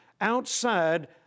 outside